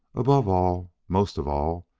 above all most of all,